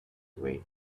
way